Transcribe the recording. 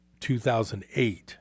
2008